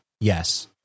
Yes